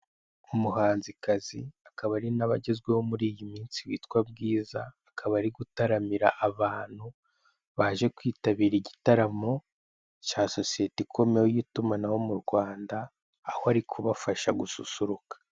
Umuhanzikazi akaba ari n'abagezweho muri iyi minsi witwa Bwiza, akaba ari gutaramira abantu, baje kwitabira gitaramo cya sosiyete ikomeye y'itumanaho mu Rwanda, aho ari kubafasha gususuruka.